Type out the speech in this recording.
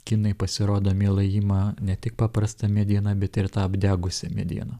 kinai pasirodo mielai ima ne tik paprastą medieną bet ir tą apdegusią medieną